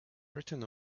written